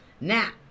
Now